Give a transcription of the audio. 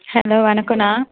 hello வணக்கோண்ணா